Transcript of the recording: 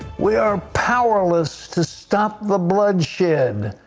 we are powerless to stop the bloodshed.